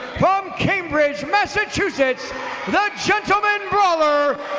from cambridge, massachusetts the gentleman brawler